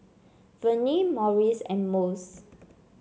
Vernie Morris and Mose